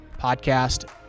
podcast